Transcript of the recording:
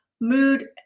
mood